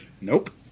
Nope